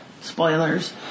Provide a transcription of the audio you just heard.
Spoilers